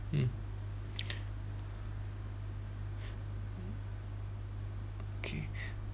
mm okay